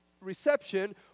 reception